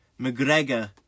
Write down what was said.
McGregor